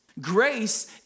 Grace